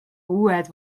uued